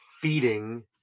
feeding